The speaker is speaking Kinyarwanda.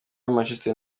manchester